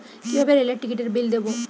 কিভাবে রেলের টিকিটের বিল দেবো?